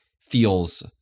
feels